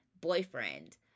boyfriend